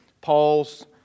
Paul's